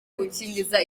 gukingiza